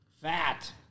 Fat